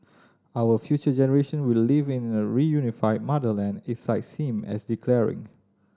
our future generation will live in a reunified motherland it cites him as declaring